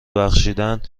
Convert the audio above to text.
بخشیدن